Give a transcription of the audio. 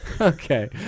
okay